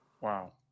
Wow